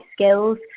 skills